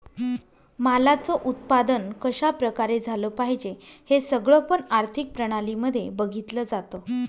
मालाच उत्पादन कशा प्रकारे झालं पाहिजे हे सगळं पण आर्थिक प्रणाली मध्ये बघितलं जातं